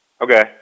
Okay